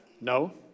No